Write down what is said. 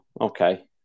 okay